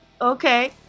Okay